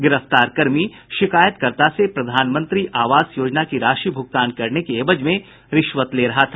गिरफ्तार कर्मी शिकायतकर्ता से प्रधानमंत्री आवास योजना की राशि भुगतान करने के एवज में रिश्वत ले रहा था